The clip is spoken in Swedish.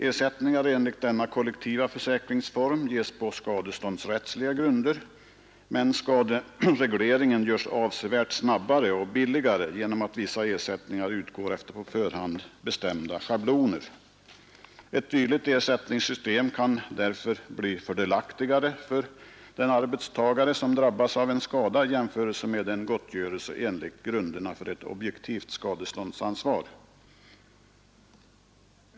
Ersättningar enligt denna kollektiva försäkringsform ges på skadeståndsrättsliga grunder men skaderegleringen göres avsevärt snabbare och billigare genom att vissa ersättningar utgår efter på förhand bestämda schabloner. Ett dylikt ersättningssystem kan därför bli fördelaktigare för den arbetstagare som drabbas av en skada i jämförelse med en gottgörelse enligt grunderna för ett objektivt skadeståndsansvar.